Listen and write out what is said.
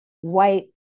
white